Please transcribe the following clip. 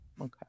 Okay